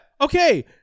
Okay